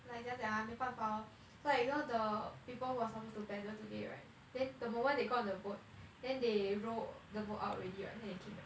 like 怎样讲啊没法哦 so like you know the people who are supposed to paddle today right then the moment they got onto the boat then they row the boat out already right then they came back